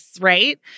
right